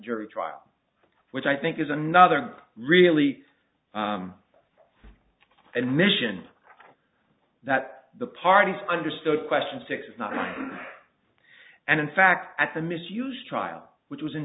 jury trial which i think is another really and mission that the parties understood question six is not and in fact at the misuse trial which was in